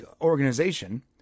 organization